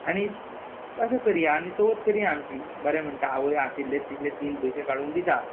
आनी अशें करया आनी चवथ करया आमची बरें म्हणटा आवय आशिल्ले तितले तीन पयशे काडून दिता